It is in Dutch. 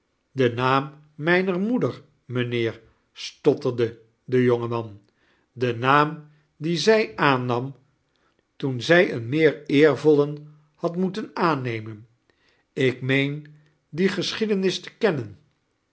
de naam mijner moeder mijnheer stotterde de jonge man de naam dien zij aan nam toen zij een meer eervollen had moeten aanneinen ik meen die goschicdenis to